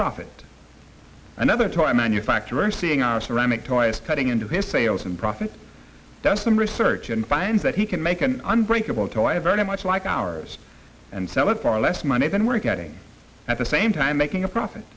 profit another time manufacturing seeing our ceramic toys cutting into his sales and profits that's some research and find that he can make an unbreakable tell i very much like ours and sell it for less money than we're getting at the same time making a profit